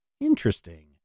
Interesting